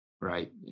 right